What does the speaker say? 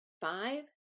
Five